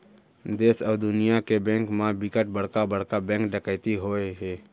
देस अउ दुनिया के बेंक म बिकट बड़का बड़का बेंक डकैती होए हे